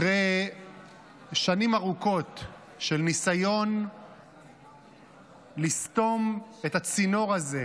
אחרי שנים ארוכות של ניסיון לסתום את הצינור הזה,